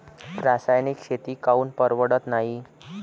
रासायनिक शेती काऊन परवडत नाई?